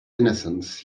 innocence